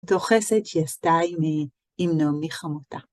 אותו חסד שהיא עשתה עם נעמי חמותה.